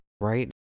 right